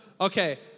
Okay